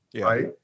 right